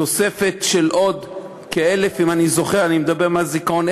תוספת של עוד, אם אני זוכר, אני מדבר מהזיכרון,